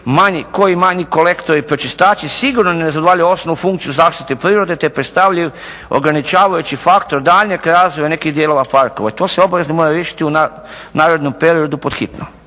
koji manji kolektori pročistači sigurno ne zadovoljavaju osnovnu funkciju zaštite prirode te predstavljaju ograničavajući faktor daljnjeg razvoja nekih dijelova parkova. I to se obavezno mora riješiti u narednom periodu, pod hitno.